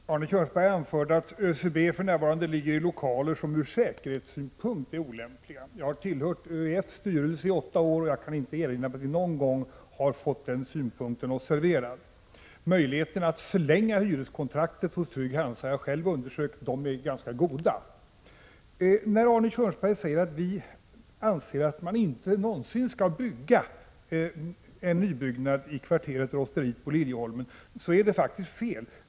Fru talman! Arne Kjörnsberg anförde att SCB för närvarande ligger i lokaler som är olämpliga från säkerhetssynpunkt. Jag har tillhört ÖEF:s styrelse i åtta år, och jag kan inte erinra mig att vi någon gång har fått den synpunkten oss serverad. Möjligheterna att förlänga hyreskontraktet hos Trygg-Hansa har jag själv undersökt; de är ganska goda. Arne Kjörnsberg säger att vi anser att man inte någonsin skall tillåta en nybyggnad i kvarteret Rosteriet på Liljeholmen. Det är faktiskt fel.